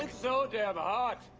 and so damn hot!